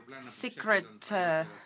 secret